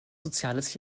soziales